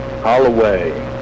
Holloway